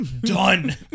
done